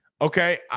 Okay